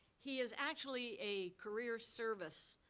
he is actually a career service